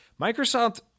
Microsoft